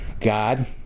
God